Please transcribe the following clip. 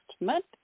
month